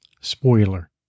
Spoiler